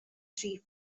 three